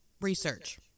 Research